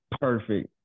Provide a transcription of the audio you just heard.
perfect